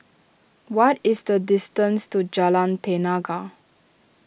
what is the distance to Jalan Tenaga